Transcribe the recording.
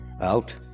Out